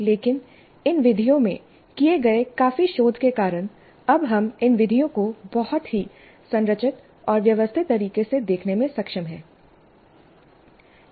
लेकिन इन विधियों में किए गए काफी शोध के कारण अब हम इन विधियों को बहुत ही संरचित और व्यवस्थित तरीके से देखने में सक्षम हैं